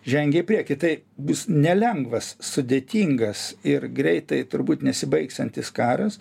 žengia į priekį tai bus nelengvas sudėtingas ir greitai turbūt nesibaigsiantis karas